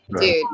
dude